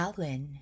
Alan